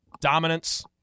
Dominance